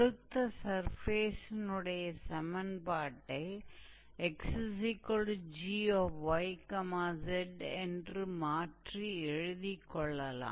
கொடுத்த சர்ஃபேஸினுடைய சமன்பாட்டை 𝑥𝑔𝑦𝑧 என்று மாற்றி எழுதிக் கொள்ளலாம்